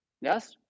yes